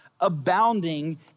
Abounding